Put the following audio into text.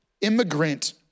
immigrant